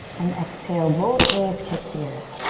and exhale, both knees kiss the earth.